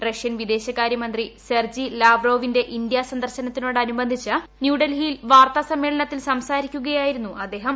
Russian വിദേശകാര്യ മന്ത്രി Sergey ലാവ്റോവിന്റെ ഇന്ത്യ സന്ദർശനത്തോടനുബന്ധിച്ച് ന്യൂഡൽഹിയിൽ വാർത്താസമ്മേളനത്തിൽ സംസാരിക്കുകയായിരുന്നു അദ്ദേഹം